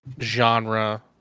genre